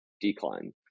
decline